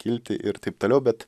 kilti ir taip toliau bet